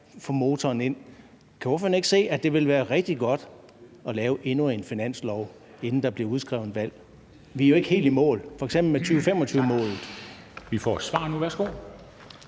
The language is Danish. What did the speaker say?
få motoren ind dér. Kan ordføreren ikke se, at det ville være rigtig godt at lave endnu en finanslov, inden der bliver udskrevet valg? Vi er jo ikke helt i mål med f.eks. 2025-målet. Kl. 13:25